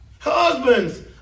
Husbands